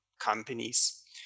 companies